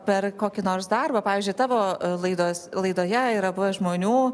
per kokį nors darbą pavyzdžiui tavo laidos laidoje yra buvę žmonių